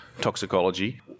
toxicology